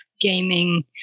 gaming